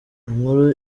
inkuru